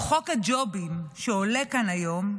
או חוק הג'ובים, שעולה כאן היום,